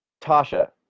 Tasha